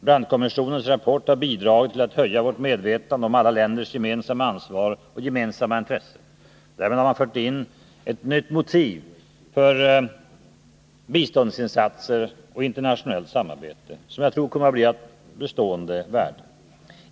Brandtkommissionens rapport har bidragit till att höja vårt medvetande om alla länders gemensamma ansvar och gemensamma intressen. Därmed har man fört in ett nytt motiv för biståndsinsatser och internationellt samarbete som jag tror kommer att bli av bestående värde.